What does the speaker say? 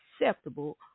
acceptable